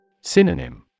Synonym